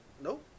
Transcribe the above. Nope